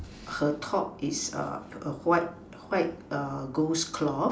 her top is a white ghost cloth